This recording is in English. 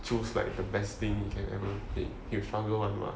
choose like the best thing you can ever take he'll struggle one what